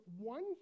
one